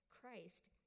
Christ